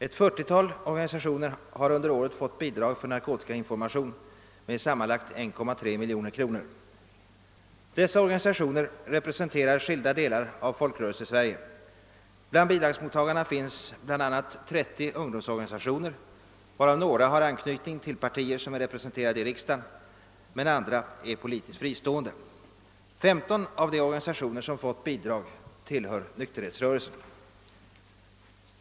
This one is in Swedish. Ett fyrtiotal organisationer har under året fått bidrag för narkotikainformation med sammanlagt 1,3 miljoner kronor. Dessa organisationer representerar skilda delar av Folkrörelsesverige. Bland bidragsmottagarna finns bl.a. 30 ungdomsorganisationer, varav några har anknytning till partier som är representerade i riksdagen medan andra är politiskt fristående. 15 av de organisationer som fått bidrag tillhör nykterhetsrörelsen.